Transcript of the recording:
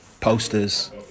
posters